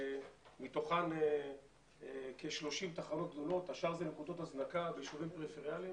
מתוכן כ-30 תחנות גדולות והשאר נקודות הזנקה בישובים פריפריאליים